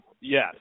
Yes